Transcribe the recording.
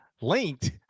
linked